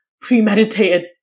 premeditated